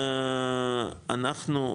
אנחנו,